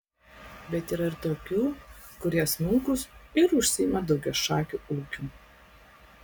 bet yra ir tokių kurie smulkūs ir užsiima daugiašakiu ūkiu